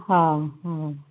हा हा